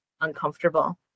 uncomfortable